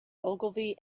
ogilvy